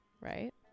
right